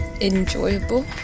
enjoyable